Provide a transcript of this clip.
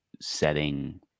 setting